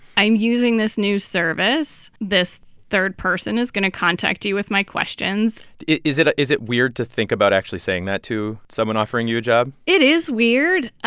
i'm using this new service. this third person is going to contact you with my questions is it is it weird to think about actually saying that to someone offering you a job? it is weird,